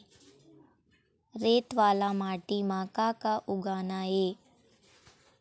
रेत वाला माटी म का का उगाना ये?